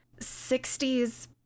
60s